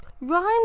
Rhymes